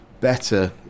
better